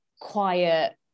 quiet